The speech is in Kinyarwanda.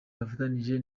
bafatanije